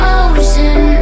ocean